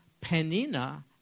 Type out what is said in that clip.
Penina